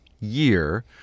year